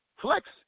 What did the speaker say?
Flex